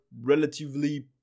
relatively